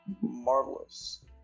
Marvelous